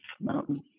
mountain